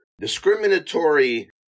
discriminatory